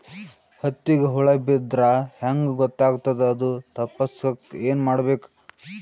ಹತ್ತಿಗ ಹುಳ ಬಿದ್ದ್ರಾ ಹೆಂಗ್ ಗೊತ್ತಾಗ್ತದ ಅದು ತಪ್ಪಸಕ್ಕ್ ಏನ್ ಮಾಡಬೇಕು?